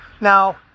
Now